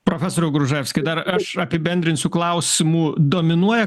profesoriau gruževski dar aš apibendrinsiu klausimų dominuoja